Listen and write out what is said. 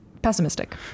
pessimistic